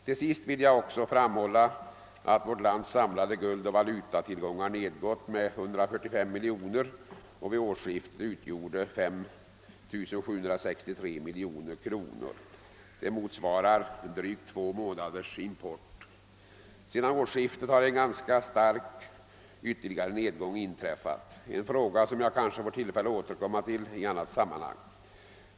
Till sist vill jag också framhålla att vårt lands samlade guldoch valutatillgångar nedgått med 145 miljoner kronor och vid årsskiftet utgjorde 5 763 miljoner kronor. Detta motsvarar drygt två månaders import. Sedan årsskiftet har en ganska stark ytterligare nedgång inträffat, en fråga som jag kanske får tillfälle att återkomma till i ett annat sammanhang.